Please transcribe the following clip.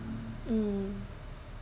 mmhmm